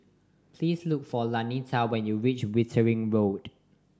please look for Lanita when you reach Wittering Road